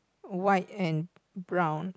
white and brown